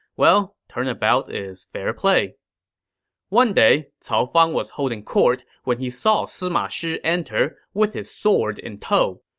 well, turnabout is fair play one day, cao fang was holding court when he saw sima shi enter with his sword in tow.